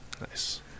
Nice